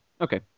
Okay